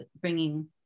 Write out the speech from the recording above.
bringing